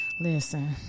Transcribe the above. Listen